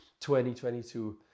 2022